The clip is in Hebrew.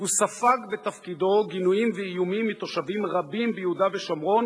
הוא ספג בתפקידו גינויים ואיומים מתושבים רבים ביהודה ושומרון